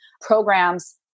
programs